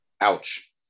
Ouch